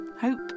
Hope